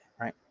right